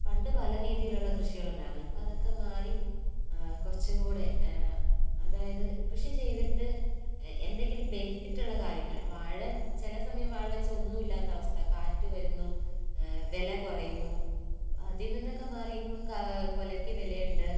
പണ്ടു പല രീതിയിലുള്ള കൃഷികളുണ്ടായിരുന്നു ഇപ്പോൾ അതൊക്കെ മാറി കുറച്ചുംകൂടി അതായത് കൃഷി ചെയ്തിട്ട് എന്തെങ്കിലും ബെനിഫിറ്റ് ഉള്ള കാര്യങ്ങൾ വാഴ ചില സമയം വാഴ വച്ചാൽ ഒന്നുമില്ലാത്ത അവസ്ഥ കാറ്റുവരുന്നു വില കുറയുന്നു അതിൽ നിന്നൊക്കെ മാറി ഇപ്പം കുലയ്ക്ക് വിലയുണ്ട്